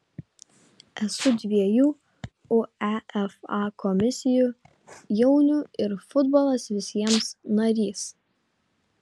esu dviejų uefa komisijų jaunių ir futbolas visiems narys